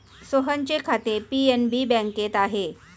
सोहनचे खाते पी.एन.बी बँकेत आहे